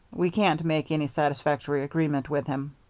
we can't make any satisfactory agreement with him.